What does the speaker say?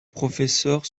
professeur